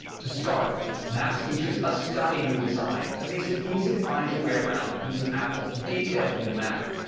to start, maps features a stunning new design that makes it easy to find your way around using apple's detailed new map.